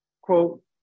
quote